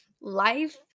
life